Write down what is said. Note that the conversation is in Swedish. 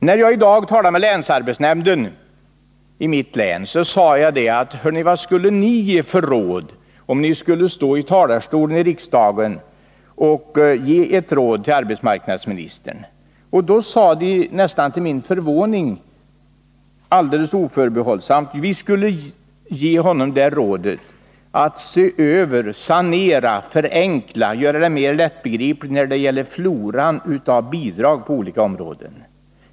När jag i dag talade med länsarbetsnämnden i mitt län frågade jag: Vad skulle ni ge för råd till arbetsmarknadsministern, om ni stod i talarstolen i riksdagen? Då sade de, nästan till min förvåning, alldeles oförbehållsamt: Vi skulle ge honom det rådet, att se över, sanera i och göra bestämmelserna mer lättbegripliga när det gäller floran av bidrag på olika områden.